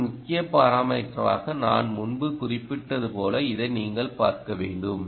எனவே ஒரு முக்கியமான பாராமீட்டராக நான் முன்பு குறிப்பிட்டது போல் இதைநீங்கள் பார்க்க வேண்டும்